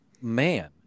man